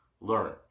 learn